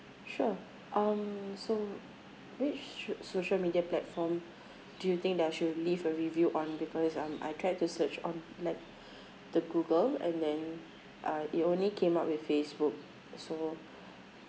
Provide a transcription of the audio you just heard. sure um so which so~ social media platform do you think that I should leave a review on because um I tried to search on like the google and then uh it only came up with facebook so